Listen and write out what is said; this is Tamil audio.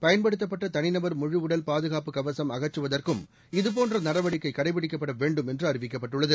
பயன்படுத்தப்பட்ட தனிநபர் முழு உடல்பாதகாப்பு கவசம் அகற்றுவதற்கும் இது போன்ற நடவடிக்கை கடைபிடிக்கவேண்டும் என்று அறிவிக்கப்பட்டுள்ளது